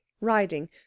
Riding